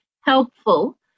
helpful